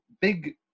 big